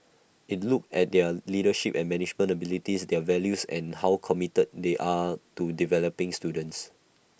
IT look at their leadership and management abilities their values and how committed they are to developing students